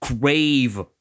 crave